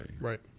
Right